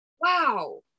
wow